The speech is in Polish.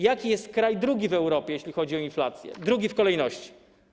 Jaki jest drugi kraj w Europie, jeśli chodzi o inflację, drugi w kolejności?